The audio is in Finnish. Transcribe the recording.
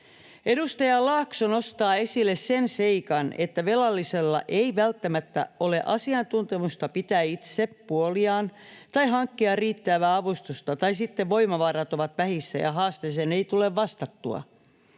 Edustaja Laakso nostaa esille sen seikan, että velallisella ei välttämättä ole asiantuntemusta pitää itse puoliaan tai hankkia riittävää avustusta tai sitten voimavarat ovat vähissä ja haasteeseen ei tule vastattua.